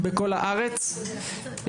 בכל הארץ,